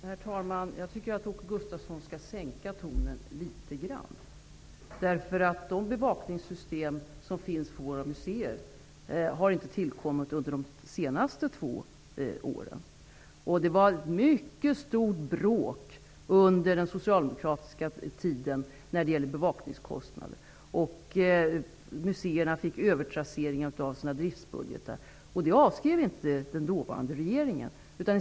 Herr talman! Jag tycker att Åke Gustavsson skall sänka tonen litet grand, därför att de bevakningssystem som finns på våra museer har inte tillkommit under de senaste två åren. Det var ett mycket stort bråk om bevakningskostnaderna under den socialdemokratiska regeringstiden. Museerna fick övertrasseringar av sina driftsbudgetar, vilket inte dåvarande regering avskrev.